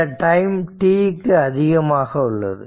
இந்த time t க்கு அதிகமாக உள்ளது